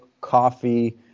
coffee